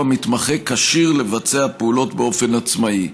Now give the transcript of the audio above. המתמחה כשיר לבצע פעולות באופן עצמאי.